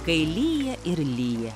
kai lyja ir lyja